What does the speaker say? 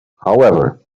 however